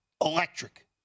electric